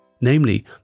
namely